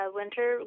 winter